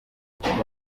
mbashije